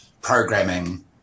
programming